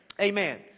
Amen